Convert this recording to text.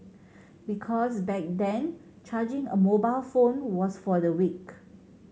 because back then charging a mobile phone was for the weak